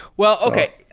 well, okay.